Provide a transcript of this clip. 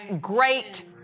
great